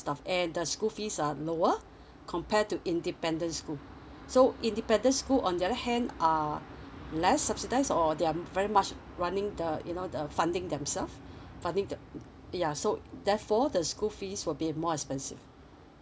stuff and the school fees are lower compared to independent school so independent school on their hand are less subsidize or they are very much running the you know the funding themselves funding the ya so therefore the school fees will be more expensive